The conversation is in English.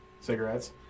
cigarettes